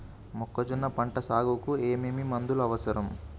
మొక్కజొన్న పంట సాగుకు ఏమేమి మందులు అవసరం?